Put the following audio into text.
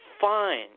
fine